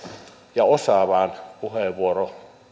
ja osaavaan puheenvuoroon